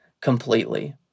completely